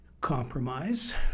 compromise